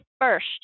first